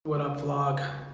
what up vlog?